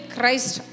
Christ